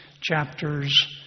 chapters